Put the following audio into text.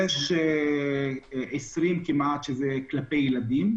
כ-20 זה כלפי ילדים,